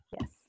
Yes